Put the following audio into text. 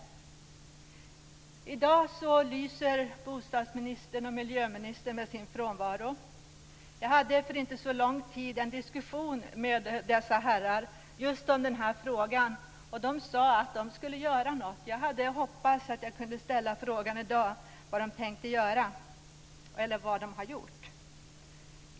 I dag lyser bostadsministern och miljöministern med sin frånvaro. Jag hade för inte så lång tid sedan en diskussion med dessa herrar just om den här frågan. De sade att de skulle göra något. Jag hade hoppats kunna ställa frågan i dag vad de tänker göra eller vad de har gjort.